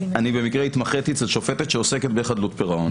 אני במקרה התמחיתי אצל שופטת שעוסקת בחדלות פירעון,